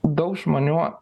daug žmonių